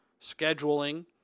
scheduling